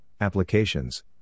applications